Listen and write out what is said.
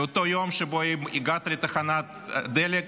לאותו יום שבו הגעת לתחנת הדלק